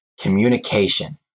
communication